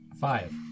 Five